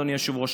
אדוני היושב-ראש,